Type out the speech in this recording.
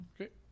Okay